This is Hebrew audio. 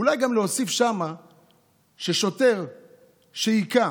אולי להוסיף שם ששוטר שהכה